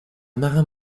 marin